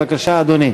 בבקשה, אדוני.